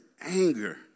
anger